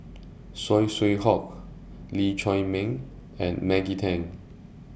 Saw Swee Hock Lee Chiaw Meng and Maggie Teng